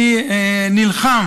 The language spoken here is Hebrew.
אני נלחם